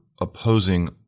opposing